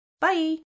Bye